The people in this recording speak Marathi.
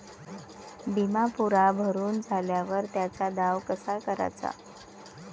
बिमा पुरा भरून झाल्यावर त्याचा दावा कसा कराचा?